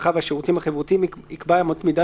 הרווחה והשירותים החברתיים יקבע אמות מידה